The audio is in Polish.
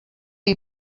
jej